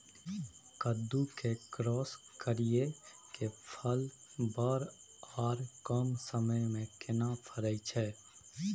कद्दू के क्रॉस करिये के फल बर आर कम समय में केना फरय छै?